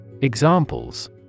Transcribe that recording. Examples